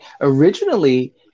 Originally